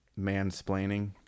mansplaining